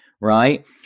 right